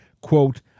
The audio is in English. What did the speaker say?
quote